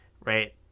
right